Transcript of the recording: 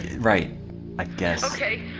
wryght ah ok.